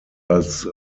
als